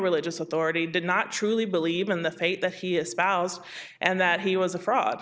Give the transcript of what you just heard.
religious authority did not truly believe in the faith that he espoused and that he was a fraud